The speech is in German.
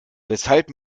weshalb